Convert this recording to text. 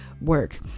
work